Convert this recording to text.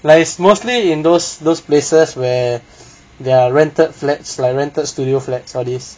like is mostly in those those places where there are rented flats like rented studio flats all these